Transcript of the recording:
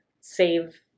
save